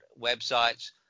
websites